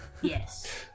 yes